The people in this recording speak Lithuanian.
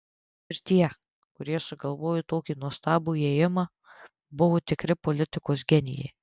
ir tie kurie sugalvojo tokį nuostabų ėjimą buvo tikri politikos genijai